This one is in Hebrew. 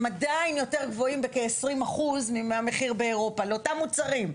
הם עדיין יותר גבוהים בכ-20% מהמחיר באירופה על אותם מוצרים.